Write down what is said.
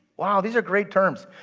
wow, these are great terms.